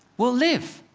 will live.